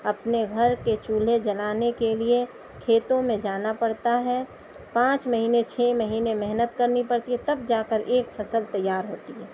اپنے گھر کے چولہے جلانے کے لیے کھیتوں میں جانا پڑتا ہے پانچ مہینے چھ مہینے محنت کرنی پڑتی ہے تب جا کر ایک فصل تیار ہوتی ہے